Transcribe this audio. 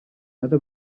other